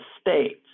states